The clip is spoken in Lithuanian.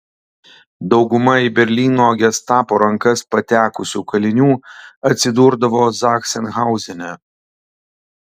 dauguma į berlyno gestapo rankas patekusių kalinių atsidurdavo zachsenhauzene